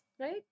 right